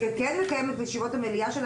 וכן מקיימת את ישיבות המליאה שלה,